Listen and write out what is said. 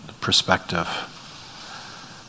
perspective